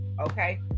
Okay